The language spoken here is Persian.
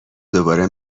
دوباره